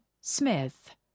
Smith